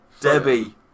Debbie